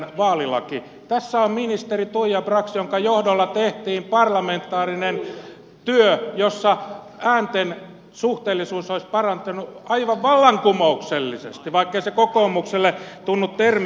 tässä on ex ministeri tuija brax jonka johdolla tehtiin parlamentaarinen työ jonka pohjalta äänten suhteellisuus olisi parantunut aivan vallankumouksellisesti vaikkei kokoomukselle tunnu se termi sopivan